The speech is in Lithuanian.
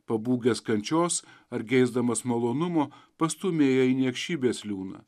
pabūgęs kančios ar geisdamas malonumo pastūmėja į niekšybės liūną